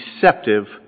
deceptive